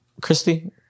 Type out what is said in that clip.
Christy